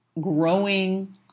growing